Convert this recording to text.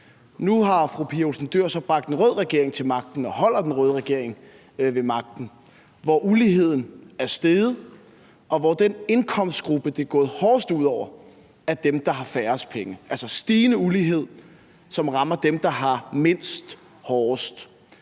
Nu har fru Pia Olsen Dyhr så bragt en rød regering til magten og holder den røde regering ved magten, hvor uligheden er steget, og hvor den indkomstgruppe, det er gået hårdest ud over, er dem, der har færrest penge. Det er altså stigende ulighed, som rammer dem, der har mindst, hårdest.